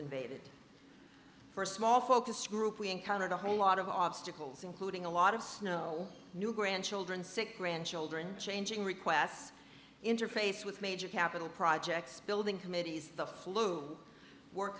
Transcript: invaded first small focus group we encountered a whole lot of obstacles including a lot of snow new grandchildren six grandchildren changing requests interface with major capital projects building committees the flu work